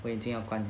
我眼睛要关 liao